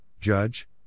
judge